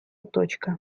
точка